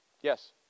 Yes